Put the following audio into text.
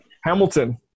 Hamilton